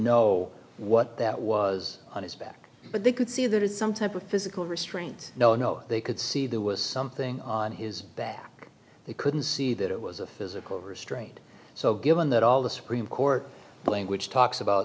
know what that was on his back but they could see that as some type of physical restraint no no they could see there was something on his back they couldn't see that it was a physical restraint so given that all the supreme court language talks about